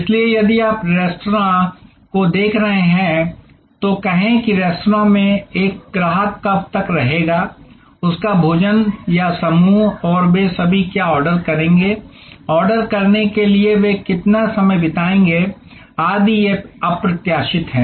इसलिए यदि आप रेस्तरां को देख रहे हैं तो कहें कि रेस्तरां में एक ग्राहक कब तक रहेगा उसका भोजन या समूह और वे सभी क्या ऑर्डर करेंगे ऑर्डर करने के बीच वे कितना समय बिताएंगे आदि ये अप्रत्याशित है